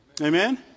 Amen